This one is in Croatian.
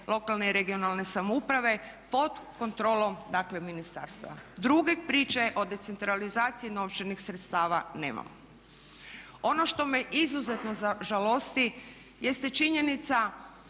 lokalne i regionalne samouprave pod kontrolom dakle ministarstava. Druge priče o decentralizaciji novčanih sredstava nemamo. Ono što me izuzetno žalosti jeste činjenica